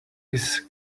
his